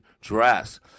dress